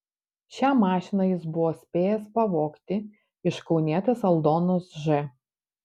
šią mašiną jis buvo spėjęs pavogti iš kaunietės aldonos ž